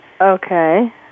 Okay